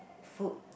food